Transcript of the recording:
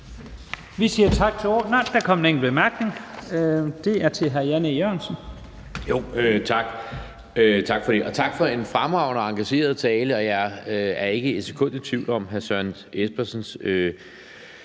Vi siger tak til ordføreren – nej, der kom en enkelt kort bemærkning. Den er til hr. Jan E. Jørgensen. Kl. 12:44 Jan E. Jørgensen (V): Tak for det. Og tak for en fremragende og engageret tale, og jeg er ikke et sekund i tvivl om hr. Søren Espersens